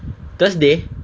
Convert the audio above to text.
thursday